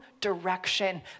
direction